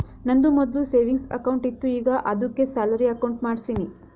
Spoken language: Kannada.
ನಂದು ಮೊದ್ಲು ಸೆವಿಂಗ್ಸ್ ಅಕೌಂಟ್ ಇತ್ತು ಈಗ ಆದ್ದುಕೆ ಸ್ಯಾಲರಿ ಅಕೌಂಟ್ ಮಾಡ್ಸಿನಿ